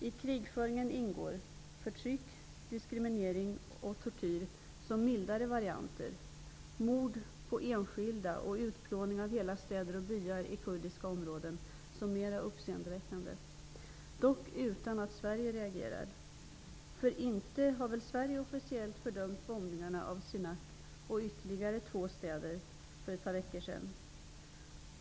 I krigföringen ingår som mildare varianter förtryck, diskriminering och tortyr. Som mer uppseendeväckande varianter ingår mord på enskilda och utplåning av hela städer och byar i kurdiska områden -- dock utan att Sverige reagerar. Inte har väl Sverige officiellt fördömt bombningarna av Sirnak och av ytterligare två städer för två par veckor sedan?